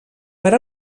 per